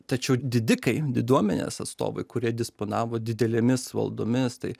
tačiau didikai diduomenės atstovai kurie disponavo didelėmis valdomis tai